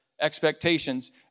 expectations